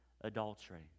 adultery